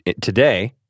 today